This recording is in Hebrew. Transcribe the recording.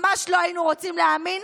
ממש לא היינו רוצים להאמין.